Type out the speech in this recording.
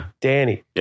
Danny